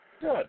Good